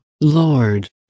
Lord